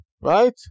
right